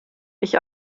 ich